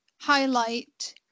highlight